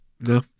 No